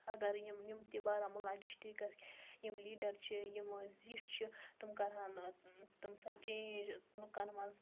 اگر یِم یِم تہِ بارامُلا ڈِشٹِکَک یِم لیٖڈَر چھِ یِم زِٹھ چھِ تم کَرہَن تم سۄ چینٛج لُکَن مَنٛز